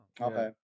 Okay